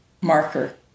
marker